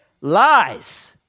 Lies